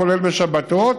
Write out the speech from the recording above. כולל בשבתות,